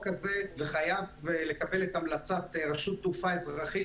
החוק הזאת וחייב לקבל את המלצת רשות התעופה האזרחית,